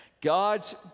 God's